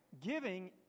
giving